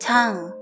Tongue